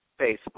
Facebook